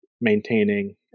maintaining